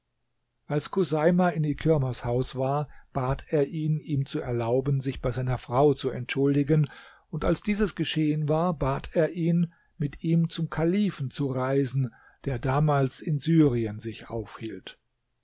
als chuseima in ikirmas haus war bat er ihn ihm zu erlauben sich bei seiner frau zu entschuldigen und als dieses geschehen war bat er ihn mit ihm zum kalifen zu reisen der damals in syrien sich aufhielt